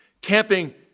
camping